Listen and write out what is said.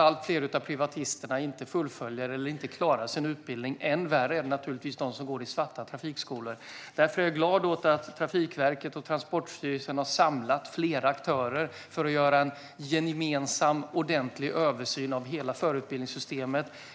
Allt fler privatister fullföljer inte eller klarar inte sin utbildning. Än värre är det för de som går i svarta trafikskolor. Jag är glad över att Trafikverket och Transportstyrelsen har samlat flera aktörer för att göra en gemensam och ordentlig översyn av hela förarutbildningssystemet.